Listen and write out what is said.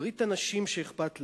ברית אנשים שאכפת להם.